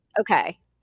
okay